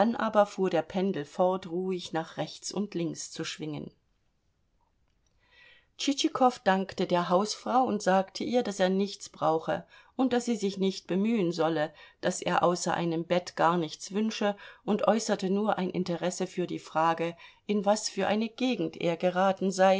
aber fuhr der pendel fort ruhig nach rechts und links zu schwingen tschitschikow dankte der hausfrau und sagte ihr daß er nichts brauche und daß sie sich nicht bemühen solle daß er außer einem bett gar nichts wünsche und äußerte nur ein interesse für die frage in was für eine gegend er geraten sei